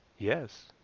yes.